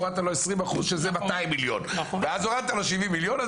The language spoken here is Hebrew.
הורדת לו 20% שזה 200 מיליון ואז הורדת לו 70 מיליון.